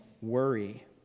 worry